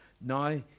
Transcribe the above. Now